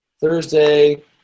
Thursday